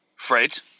Fred